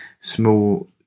small